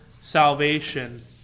salvation